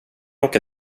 åka